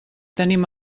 tenim